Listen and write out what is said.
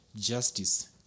Justice